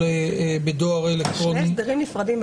בדואר אלקטרוני -- אלה שני הסדרים נפרדים.